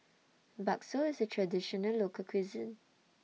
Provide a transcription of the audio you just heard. Bakso IS A Traditional Local Cuisine